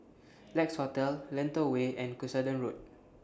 Lex Hotel Lentor Way and Cuscaden Road